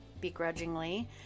begrudgingly